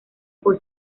por